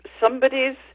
somebody's